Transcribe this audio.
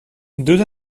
deux